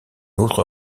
autre